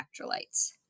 electrolytes